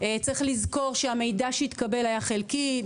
צריך לזכור שהמידע שהתקבל היה חלקי.